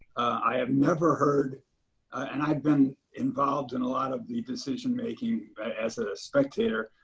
i have never heard and i've been involved in a lot of the decision making as a spectator,